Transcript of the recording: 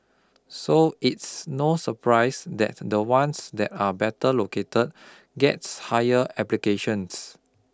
so it's no surprise that the ones that are better located gets higher applications